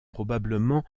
probablement